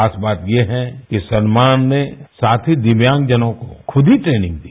खास बात ये है कि सलमान ने साथी दिव्यांगजनों को खुद ही ट्रेनिंग दी